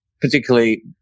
particularly